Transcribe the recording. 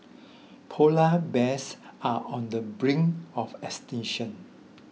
Polar Bears are on the brink of extinction